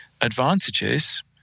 advantages